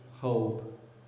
hope